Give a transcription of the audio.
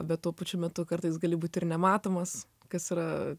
bet tuo pačiu metu kartais gali būti ir nematomas kas yra